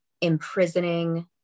imprisoning